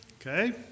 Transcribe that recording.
Okay